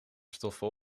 stoffen